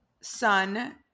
sun